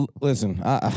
Listen